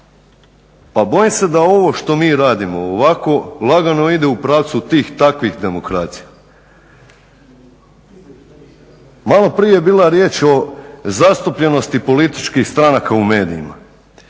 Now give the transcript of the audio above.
Pa bojim se da ovo što mi radimo, ovako lagano ide u pravcu tih takvih demokracija. Maloprije je bila riječ o zastupljenosti političkih stranaka u medijima